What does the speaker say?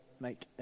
Make